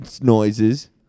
noises